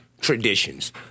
traditions